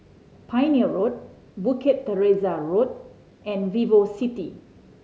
Pioneer Road Bukit Teresa Road and VivoCity